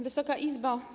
Wysoka Izbo!